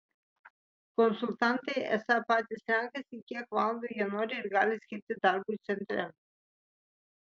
konsultantai esą patys renkasi kiek valandų jie nori ir gali skirti darbui centre